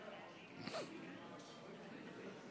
תודה רבה.